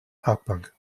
parkbank